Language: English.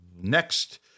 Next